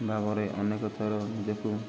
ଭାବରେ ଅନେକଥର ନିଜକୁ